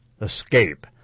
escape